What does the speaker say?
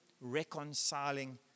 reconciling